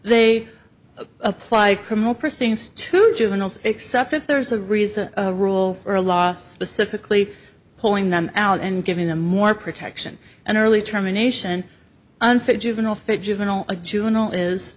they apply criminal proceedings to juveniles except if there's a reason a rule or a law specifically pulling them out and giving them more protection and early termination unfit juvenile fit juvenile a juvenile is